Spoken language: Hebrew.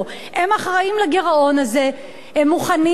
הם אחראים לגירעון הזה והם מוכנים עכשיו,